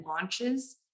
launches